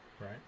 right